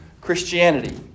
Christianity